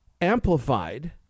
amplified